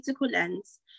lens